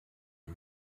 die